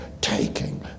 taking